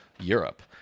Europe